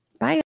Bye